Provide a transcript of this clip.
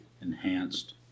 enhanced